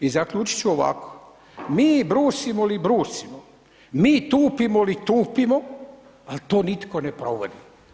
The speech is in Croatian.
I zaključiti ću ovako, mi brusimo li brusimo, mi tupimo li tupimo ali to nitko ne provodi.